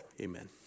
Amen